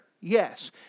Yes